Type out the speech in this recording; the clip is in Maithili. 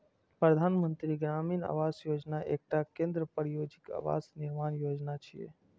प्रधानमंत्री ग्रामीण आवास योजना एकटा केंद्र प्रायोजित आवास निर्माण योजना छियै